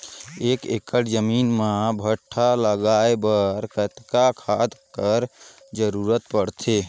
एक एकड़ जमीन म भांटा लगाय बर कतेक खाद कर जरूरत पड़थे?